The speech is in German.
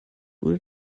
wurde